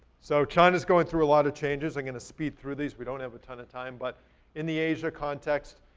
so china's going through a lot of changes. i'm going to speed through these, we don't have a ton of time. but in the asia context,